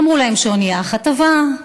אמרו להם שאונייה אחת טבעה,